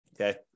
okay